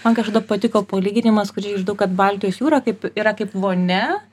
man kažkada patiko palyginimas kurį išgirdau kad baltijos jūra kaip yra kaip vonia